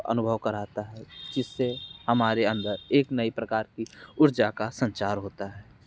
अनुभव कराता है जिससे हमारे अंदर एक नई प्रकार की ऊर्जा का संचार होता है